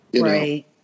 Right